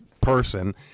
person